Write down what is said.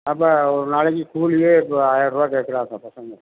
அப்போ ஒரு நாளைக்கு கூலியே இப்போ ஆயிரம் ருபா கேட்கறாங்க பசங்கள்